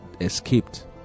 escaped